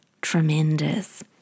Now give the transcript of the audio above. tremendous